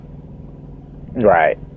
Right